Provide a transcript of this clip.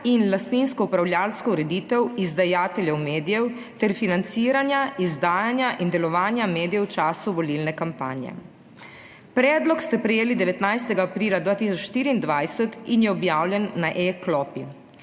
in lastninsko upravljavsko ureditev izdajateljev medijev ter financiranja, izdajanja in delovanja medijev v času volilne kampanje. Predlog ste prejeli 19. aprila 2024 in je objavljen na e-klopi.